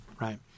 right